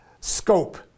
scope